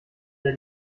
der